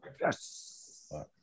Yes